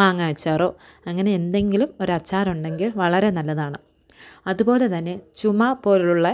മാങ്ങ അച്ചാറോ അങ്ങനെ എന്തെങ്കിലും ഒരു അച്ചാറുണ്ടെങ്കിൽ വളരെ നല്ലതാണ് അതുപോലെ തന്നെ ചുമ പോലുള്ള